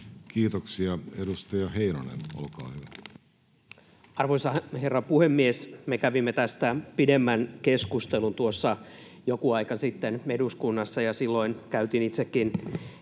muuttamisesta Time: 14:11 Content: Arvoisa herra puhemies! Me kävimme tästä pidemmän keskustelun tuossa joku aika sitten eduskunnassa, ja silloin käytin itsekin hieman